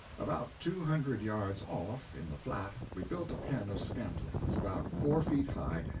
about two hundred yards off, in the flat, we built a pen of scantlings, about four feet high,